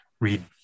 read